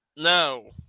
No